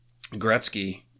Gretzky